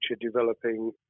developing